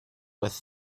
with